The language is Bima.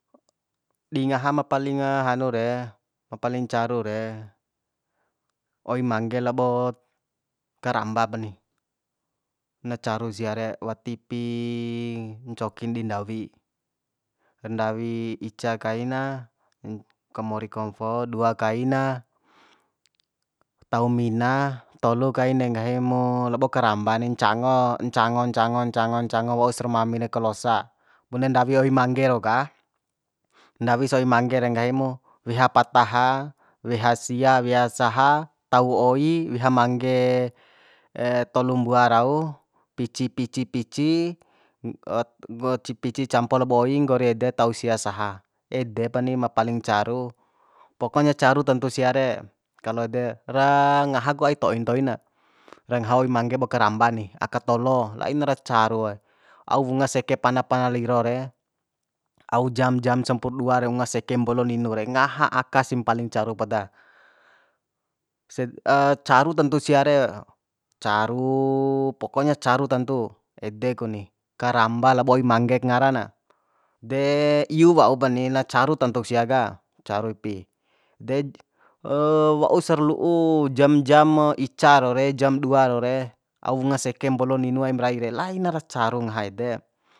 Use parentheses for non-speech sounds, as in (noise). Di ngaha ma palinga hanu re ma paling caru re oi mangge labo karambapa ni na caru sia re wati pi ncokin di ndawi ra ndawi ica kai na (hesitation) kamori komfo dua kaina tau mina tolu kaine nggahi mo labo karamba ni ncango ncango ncango ncango ncango waursa ra mamin de kalosa bune ndawi oi mangge rau ka ndawisa oi mangge de nggahi mu weha pataha weha sia weha saha tau oi weha mangge (hesitation) tolu mbua rau pici pici pici (hesitation) nggo pici (hesitation) pici campo labo oi nggori ede tau sia saha ede pani ma paling caru pokonya caru tantu sia re kalo ede ra ngaha ku ai to'i ntoi na ra ngaha oi mangge labo karamba ni aka tolo lainara carue au wunga seke pana pana liro re au jam jam sampurdua re unga seke mbolo ninu re ngaha aka sim paling caru poda (hesitation) caru tantu sia re caru pokonya caru tantu ede ku ni karamba labo oi manggek ngara na de iu waupani na caru tantuk sia ka caru ipi de (hesitation) wausra lu'u jam jam mo ica rau re jam dua rau re ao unga seke mbolo ninu aim rai re lainara caru ngaha ede